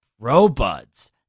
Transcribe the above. robots